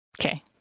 Okay